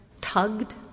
tugged